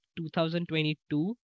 2022